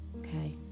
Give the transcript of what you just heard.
Okay